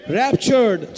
raptured